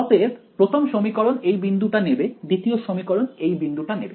অতএব প্রথম সমীকরণ এই বিন্দুটা নেবে দ্বিতীয় সমীকরণ এই বিন্দুটা নেবে